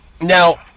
now